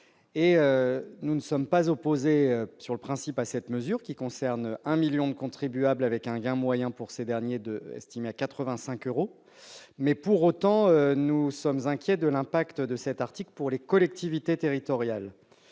nous ne sommes pas opposés à cette mesure qui concerne un million de contribuables, avec un gain moyen pour ces derniers estimé à 85 euros. Pour autant, nous sommes inquiets de l'impact de cet article pour les collectivités territoriales